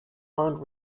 armed